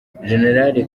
gen